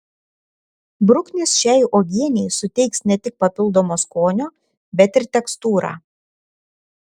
bruknės šiai uogienei suteiks ne tik papildomo skonio bet ir tekstūrą